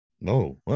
No